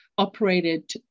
operated